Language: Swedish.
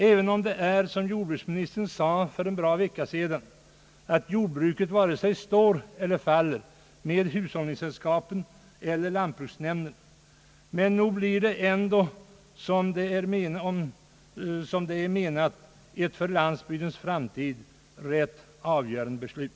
även om det är så, som jordbruksministern sade för drygt en vecka sedan, att jordbruket varken står eller faller med hushållningssällskapen eller lantbruksnämnderna blir det nog ändå, som det är tänkt, ett för landsbygdens framtid rätt avgörande beslut.